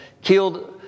killed